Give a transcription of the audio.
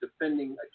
defending